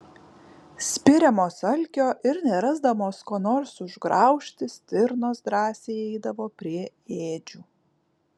spiriamos alkio ir nerasdamos ko nors užgraužti stirnos drąsiai eidavo prie ėdžių